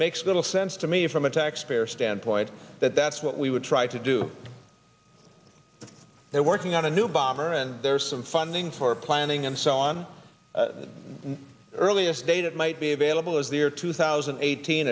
makes little sense to me from a taxpayer standpoint that that's what we would try to do but they're working on a new bomber and there are some funding for planning and so on earliest date it might be available as the year two thousand and eighteen